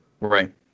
Right